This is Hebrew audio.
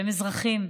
הם אזרחים.